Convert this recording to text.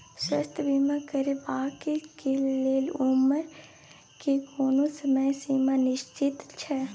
स्वास्थ्य बीमा करेवाक के लेल उमर के कोनो समय सीमा निश्चित छै?